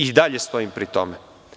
I dalje stojim pri tome.